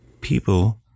people